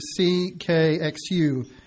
CKXU